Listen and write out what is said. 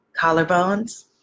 Collarbones